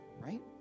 right